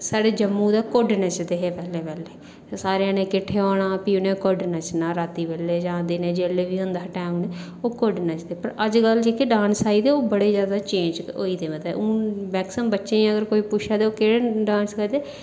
साढ़े जम्मू दे कुड्ड नचदे हे पैह्लें पैह्लें सारें जनें किट्ठे होना प्ही उ'नें कुड्ड नच्चना रातीं बेल्लै जां दिनें बेल्लै जेल्लै बी होंदा हा टैम ओह् कुड्ड नचदे हे अजकल जेह्ड़े डांस आई गेदे ओह् बड़े जादै चेंज ते हून मेक्सीमम अगर कोई बच्चें गी पुच्छे ते ओह् केह्ड़ा डांस करदे